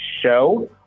show